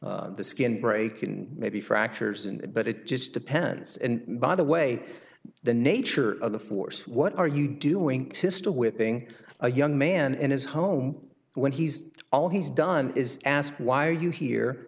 see the skin break in maybe fractures in it but it just depends and by the way the nature of the force what are you doing this to whipping a young man in his home when he's all he's done is ask why are you here